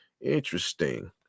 Interesting